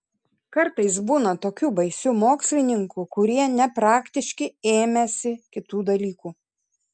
kartais būna tokių baisių mokslininkų kurie nepraktiški ėmęsi kitų dalykų